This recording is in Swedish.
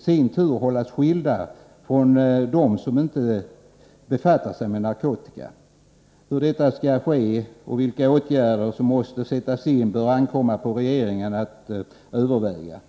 sin tur hållas skilda från dem som inte befattar sig med narkotika. Hur detta skall ske och vilka åtgärder som måste sättas in bör ankomma på regeringen att överväga.